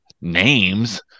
names